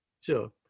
sure